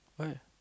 what